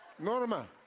Norma